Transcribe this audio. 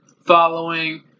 following